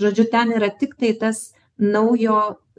žodžiu ten yra tiktai tas naujo